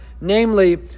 namely